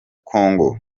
kongo